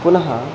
पुनः